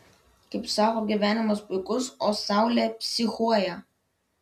kaip sako gyvenimas puikus o saulė psichuoja